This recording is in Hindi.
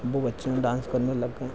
वो बच्चों में डांस करने लग गए